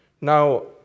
Now